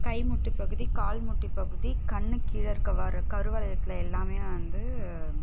கைமுட்டி பகுதி கால் முட்டி பகுதி கண்ணுக்கீழே இருக்கவாறு கருவளையத்தில் எல்லாமே வந்து